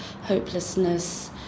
hopelessness